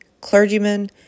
clergymen